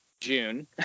June